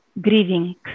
grieving